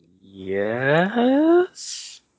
Yes